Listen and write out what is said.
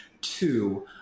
Two